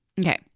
Okay